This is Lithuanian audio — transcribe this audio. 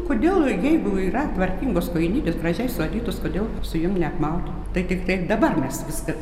kodėl jeigu yra tvarkingos kojinytės gražiai suadytos kodėl su jom neapmaut tai tiktai dabar mes viską